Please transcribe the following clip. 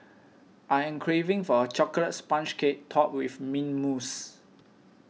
I am craving for a Chocolate Sponge Cake Topped with Mint Mousse